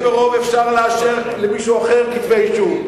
ואחרי שברוב אפשר לאשר למישהו אחר כתבי אישום,